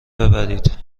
ببرید